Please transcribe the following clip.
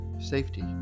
Safety